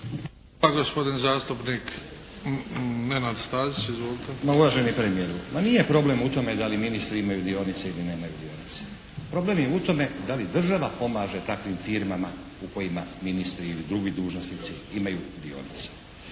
Izvolite. **Stazić, Nenad (SDP)** Ma uvaženi premijeru. Ma nije problem u tome da li ministri imaju dionice ili nemaju dionice. Problem je u tome da li država pomaže takvim firmama u kojima ministri ili drugi dužnosnici imaju dionice.